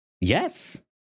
Yes